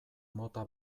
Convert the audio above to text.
mota